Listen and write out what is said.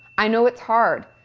i know it's hard.